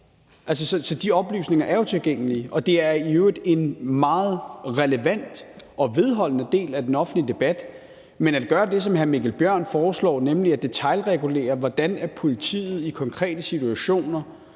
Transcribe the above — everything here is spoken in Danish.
Så de oplysninger er jo tilgængelige, og det er i øvrigt en meget relevant og vedholdende del af den offentlige debat. Men at ville gøre det, som hr. Mikkel Bjørn foreslår, nemlig at detailregulere, hvordan politiet i konkrete situationer